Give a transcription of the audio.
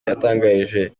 yatangarije